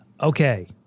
Okay